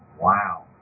Wow